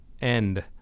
End